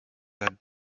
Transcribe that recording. that